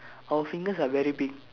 our fingers are very big